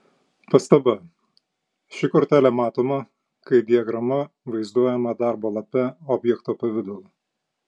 pastaba ši kortelė matoma kai diagrama vaizduojama darbo lape objekto pavidalu